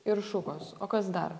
ir šukos o kas dar